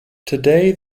today